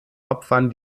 opfern